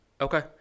Okay